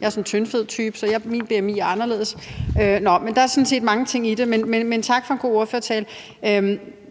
Jeg er sådan en tyndfed type, så mit bmi er anderledes. Der er sådan set mange ting i det, men tak for en god ordførertale.